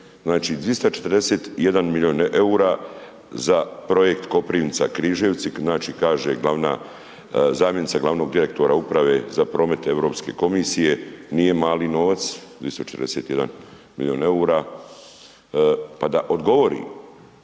Znači, 241 milijun EUR-a za projekt Koprivnica-Križevci, znači, kaže glavna zamjenica glavnog direktora uprave za promet Europske komisije nije mali novac 241 milijun EUR-a, pa da odgovori,